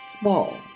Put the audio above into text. small